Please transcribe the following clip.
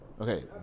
Okay